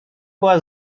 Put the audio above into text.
była